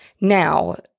Now